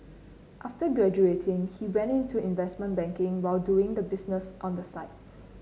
after graduating he went into investment banking while doing the business on the side